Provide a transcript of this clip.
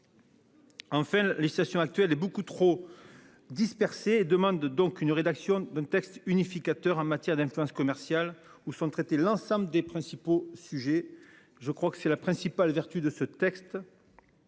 En fait la législation actuelle est beaucoup trop dispersée et demande donc une rédaction d'un texte unificateur en matière d'influence commerciale où sont traités l'ensemble des principaux sujets. Je crois que c'est la principale vertu de ce texte.